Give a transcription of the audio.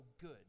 good